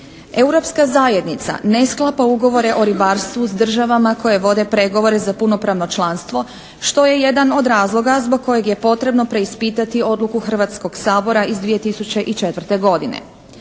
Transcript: Europska zajednica ne sklapa ugovore o ribarstvu s državama koje vode pregovore za punopravno članstvo što je jedan od razloga zbog kojeg je potrebno preispitati odluku Hrvatskoga sabora iz 2004. godine.